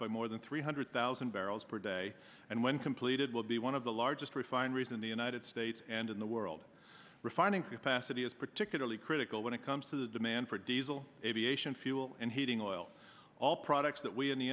by more than three hundred thousand barrels per day and when completed will be one of the largest refineries in the united states and in the world refining capacity is particularly critical when it comes to the demand for diesel aviation fuel and heating oil all products that we in the